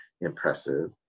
impressive